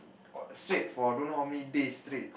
said for don't know how many days straight